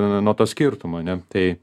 nuo to skirtumo ane tai